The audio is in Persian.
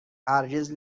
هرگز